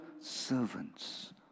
servants